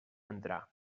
entrar